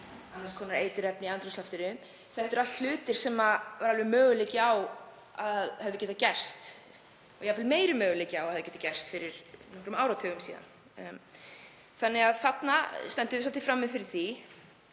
annars konar eiturefni í andrúmsloftinu. Þetta eru allt hlutir sem er alveg möguleiki á að hefðu getað gerst og jafnvel meiri möguleiki á að hefðu getað gerst fyrir einhverjum áratugum síðan. Þannig að við stöndum frammi fyrir því